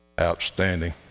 Outstanding